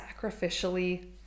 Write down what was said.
sacrificially